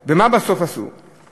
בסוף ומה עשו בסוף?